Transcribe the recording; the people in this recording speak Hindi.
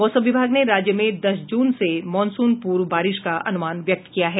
मौसम विभाग ने राज्य में दस जून से मॉनसून पूर्व बारिश का अनुमान व्यक्त किया है